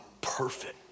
perfect